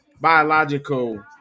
biological-